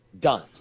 done